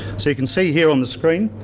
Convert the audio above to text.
so you can see here on the screen,